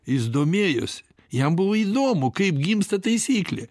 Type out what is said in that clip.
jis domėjosi jam buvo įdomu kaip gimsta taisyklė